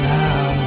now